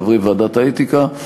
לחברי ועדת האתיקה,